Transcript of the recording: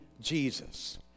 Jesus